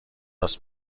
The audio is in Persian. راست